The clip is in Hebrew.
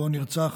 שבו נרצח